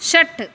षट्